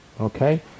Okay